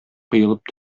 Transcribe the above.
коелып